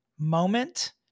moment